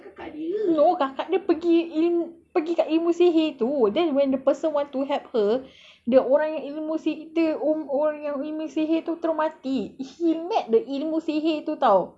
no kakak dia pergi lin~ pergi dekat ilmu sihir tu then when the person want to help her the orang yang ilmu sihir tu orang orang yang ilmu sihir tu terus mati he met the ilmu sihir tu [tau]